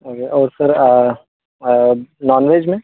okay और sir non veg में